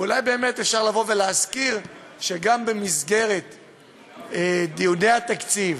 ואולי באמת אפשר להזכיר שגם במסגרת דיוני התקציב